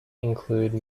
include